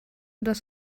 das